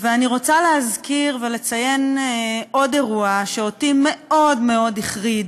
אני רוצה להזכיר ולציין עוד אירוע שאותי מאוד מאוד החריד